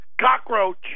cockroach